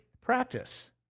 practice